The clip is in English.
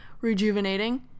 rejuvenating